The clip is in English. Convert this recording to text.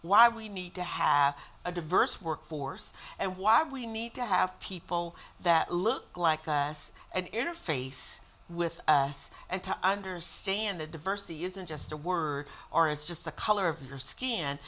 why we need to have a diverse workforce and why we need to have people that look like us and interface with us and to understand the diversity using just a word or is just the color of